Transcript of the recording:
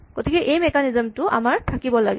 গতিকে এই মেকানিজম টো আমাৰ থাকিব লাগে